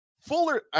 Fuller